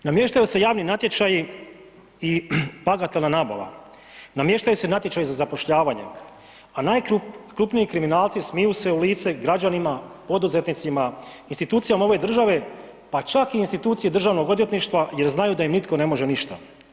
Namještaju se javni natječaji i bagatelna nabava, namještaju se natječaji za zapošljavanje, a najkrupniji kriminalci smiju se u lice građanima, poduzetnicima, institucijama ove države pa čak i instituciji državnog odvjetništva jer znaju da im nitko ne može ništa.